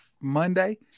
Monday